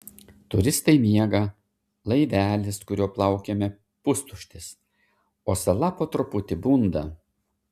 turistai miega laivelis kuriuo plaukėme pustuštis o sala po truputį bunda